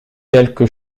quelque